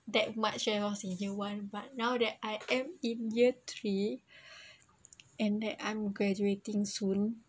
that much when I was in year one but now that I am in year three and that I'm graduating soon